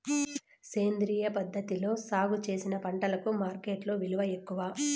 సేంద్రియ పద్ధతిలో సాగు చేసిన పంటలకు మార్కెట్టులో విలువ ఎక్కువ